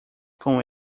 com